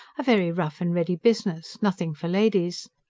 a very rough-and-ready business nothing for ladies.